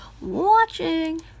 watching